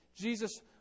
Jesus